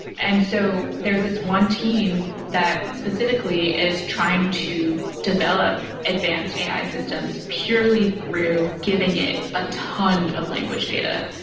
and so there is this one team that specifically is trying to develop advanced ai systems purely through giving it a ton of language data.